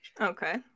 okay